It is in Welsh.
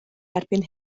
erbyn